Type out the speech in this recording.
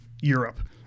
Europe